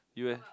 you eh